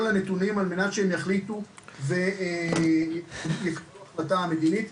הנתונים על מנת שהם יחליטו ויקבלו החלטה מדינית,